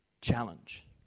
challenge